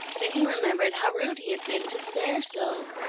then he remembered how rude he had been to stare so.